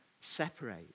separate